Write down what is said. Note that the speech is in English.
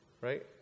Right